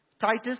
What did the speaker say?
Titus